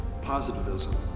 positivism